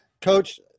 coach